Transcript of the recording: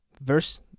Verse